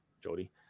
Jody